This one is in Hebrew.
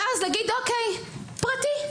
ואז להגיד: אוקיי, פרטי.